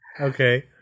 Okay